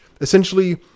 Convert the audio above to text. Essentially